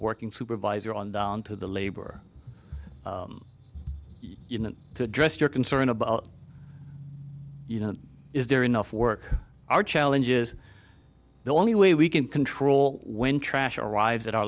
working supervisor on down to the labor union to address your concern about you know is there enough work our challenge is the only way we can control when trash arrives at our